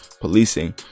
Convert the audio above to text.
policing